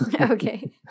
Okay